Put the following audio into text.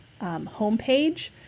homepage